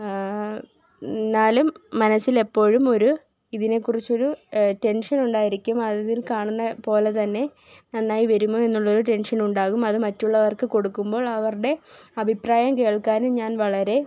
എന്നാലും മനസ്സിലെപ്പോഴും ഒര് ഇതിനേക്കുറിച്ചൊരു ടെന്ഷനുണ്ടായിരിക്കും അതില് കാണുന്ന പോലെ തന്നെ നാന്നായി വരുമോ എന്നുള്ളൊരു ടെന്ഷനുണ്ടാകും അത് മറ്റുള്ളവര്ക്ക് കൊടുക്കുമ്പോള് അവരുടെ അഭിപ്രായം കേള്ക്കാനും ഞാന് വളരെ